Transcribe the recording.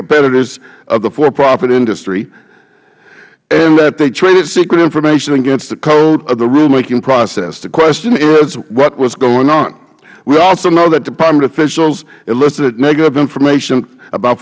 competitors of the for profit industry and that they traded secret information against the code of the rulemaking process the question is what was going on we also know that department officials elicited negative information about